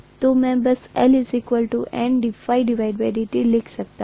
तो मैं बस L Nddi लिख सकता हूं